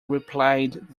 replied